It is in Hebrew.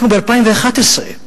אנחנו ב-2011,